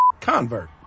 convert